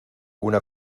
una